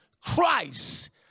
Christ